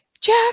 Jack